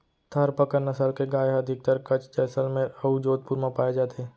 थारपकर नसल के गाय ह अधिकतर कच्छ, जैसलमेर अउ जोधपुर म पाए जाथे